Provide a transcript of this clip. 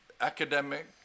academic